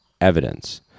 evidence